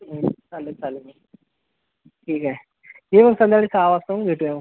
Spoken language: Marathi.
चालेल चालेल मग ठीक हाय ये मग संध्याकाळी सहा वाजता मग भेटूया मग